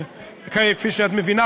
וכפי שאת מבינה,